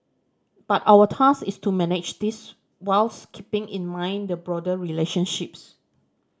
but our task is to manage this whilst keeping in mind the broader relationships